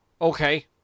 Okay